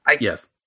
Yes